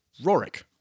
Rorik